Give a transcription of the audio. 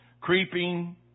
creeping